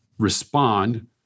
respond